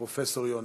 פרופ' יונה.